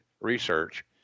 research